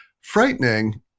frightening